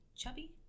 chubby